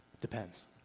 Depends